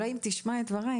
אולי אם תשמע את דבריי,